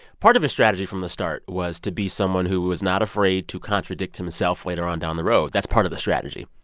part of his strategy from the start was to be someone who was not afraid to contradict himself later on down the road. that's part of the strategy.